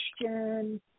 question